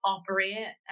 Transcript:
operate